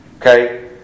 Okay